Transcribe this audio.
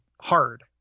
hard